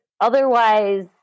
otherwise